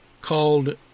called